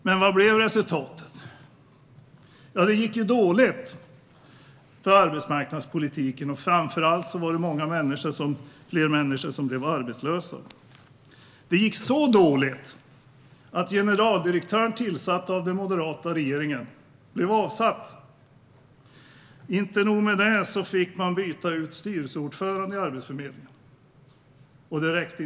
Men vad blev resultatet? Det gick dåligt för arbetsmarknadspolitiken, och framför allt blev fler människor arbetslösa. Det gick så dåligt att den generaldirektör som hade tillsatts av den moderata regeringen avsattes. Inte nog med det, man fick även byta ut Arbetsförmedlingens styrelseordförande.